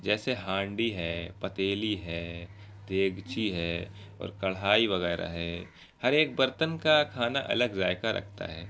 جیسے ہانڈی ہے پتیلی ہے دیگچی ہے اور کڑھائی وغیرہ ہے ہر ایک برتن کا کھانا الگ ذائقہ رکھتا ہے